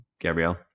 Gabrielle